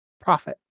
profit